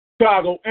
Chicago